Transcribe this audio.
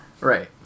right